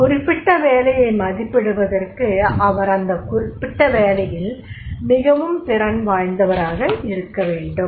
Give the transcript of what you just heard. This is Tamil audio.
ஒரு குறிப்பிட்ட வேலையை மதிப்பிடுவதற்கு அவர் அந்த குறிப்பிட்ட வேலையில் மிகவும் திறன் வாய்ந்தவராக இருக்க வேண்டும்